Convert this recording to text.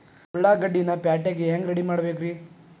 ಉಳ್ಳಾಗಡ್ಡಿನ ಪ್ಯಾಟಿಗೆ ಹ್ಯಾಂಗ ರೆಡಿಮಾಡಬೇಕ್ರೇ?